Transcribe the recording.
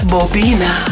Bobina